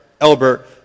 Elbert